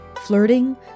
flirting